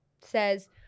says